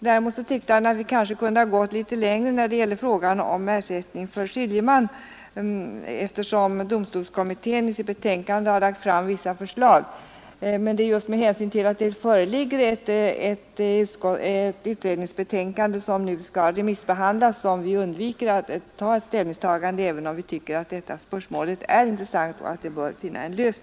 Däremot tyckte herr Hugosson att vi kunde ha gått litet längre när det gäller ersättningen till skiljeman, eftersom domstolskommittén i sitt betänkande lagt fram vissa förslag. Men det är just med hänsyn till att det föreligger ett utredningsbetänkande, vilket nu skall remissbehandlas, som vi undviker att ta ställning, även om vi tycker att problemet är intressant och bör lösas.